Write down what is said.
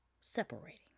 separating